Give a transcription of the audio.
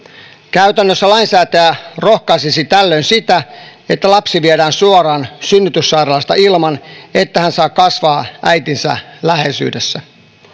käytännössä lainsäätäjä rohkaisisi tällöin siihen että lapsi viedään suoraan synnytyssairaalasta ilman että hän saa kasvaa äitinsä läheisyydessä